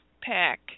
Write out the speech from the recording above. pack